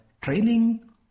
trailing